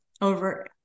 over